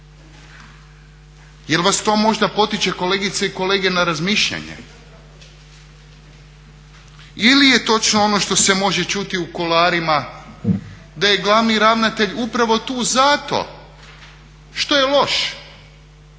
Jel vas to možda potiče kolegice i kolege na razmišljanje ili je točno ono što se može čuti u kuloarima da je glavni ravnatelj upravo tu zato što je loš,